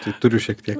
tai turiu šiek tiek